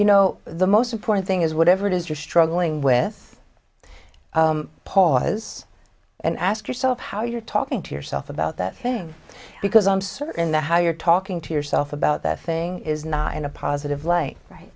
you know the most important thing is whatever it is you're struggling with pause and ask yourself how you're talking to yourself about that thing because i'm certain the how you're talking to yourself about that thing is not in a positive light right